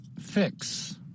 Fix